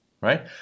right